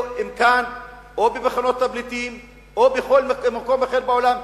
אם כאן או במחנות הפליטים או בכל מקום אחר בעולם,